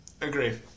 Agree